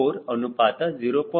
4 ಅನುಪಾತ 0